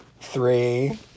three